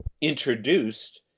introduced